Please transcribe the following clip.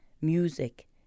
music